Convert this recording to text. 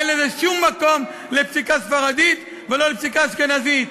אין בזה שום מקום לפסיקה ספרדית ולא לפסיקה אשכנזית.